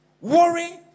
Worry